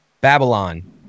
Babylon